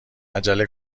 عجله